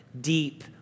deep